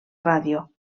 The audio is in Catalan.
ràdio